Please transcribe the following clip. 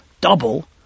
double